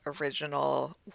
original